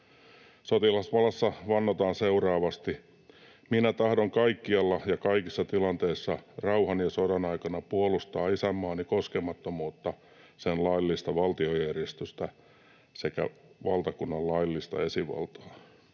Sotilasvalassa vannotaan seuraavasti: ”Minä tahdon kaikkialla ja kaikissa tilanteissa, rauhan ja sodan aikana puolustaa isänmaani koskemattomuutta, sen laillista valtiojärjestystä sekä valtakunnan laillista esivaltaa.”